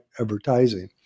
advertising